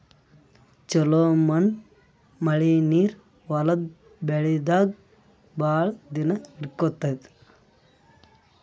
ಛಲೋ ಮಣ್ಣ್ ಮಳಿ ನೀರ್ ಹೊಲದ್ ಬೆಳಿದಾಗ್ ಭಾಳ್ ದಿನಾ ಹಿಡ್ಕೋತದ್